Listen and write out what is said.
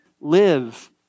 live